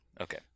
Okay